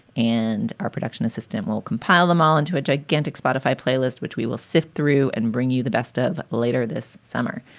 and our production assistant will compile them all into a gigantic spotify playlist, which we will sift through and bring you the best of later this summer.